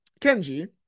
Kenji